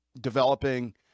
developing